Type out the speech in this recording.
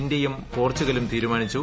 ഇന്ത്യയും പോർച്ചുഗലും തീരുമാനിച്ചു